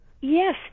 Yes